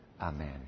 Amen